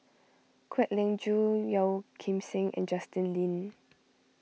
Kwek Leng Joo Yeo Kim Seng and Justin Lean